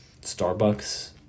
Starbucks